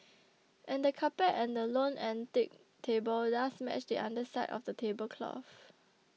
and the carpet and the lone antique table does match the underside of the tablecloth